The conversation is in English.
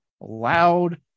loud